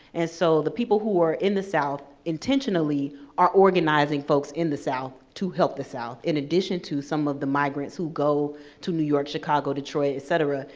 and so the people who are in the south intentionally are organizing folks in the south to help the south, in addition to some of the migrants who go to new york, chicago, detroit, et cetera,